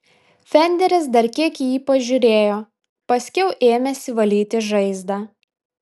fenderis dar kiek į jį pažiūrėjo paskiau ėmėsi valyti žaizdą